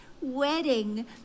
wedding